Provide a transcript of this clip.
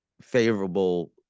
favorable